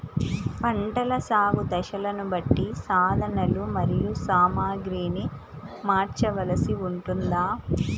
పంటల సాగు దశలను బట్టి సాధనలు మరియు సామాగ్రిని మార్చవలసి ఉంటుందా?